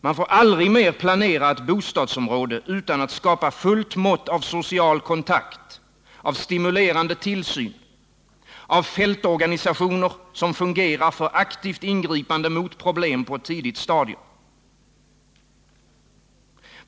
Vi får aldrig mer planera ett bostadsområde utan att skapa fullt mått av social kontakt, stimulerande tillsyn, fungerande fältorganisationer för aktivt ingripande mot problem på ett tidigt stadium.